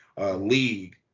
league